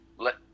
let